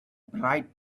bright